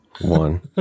One